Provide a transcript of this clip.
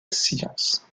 sciences